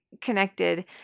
connected